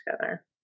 together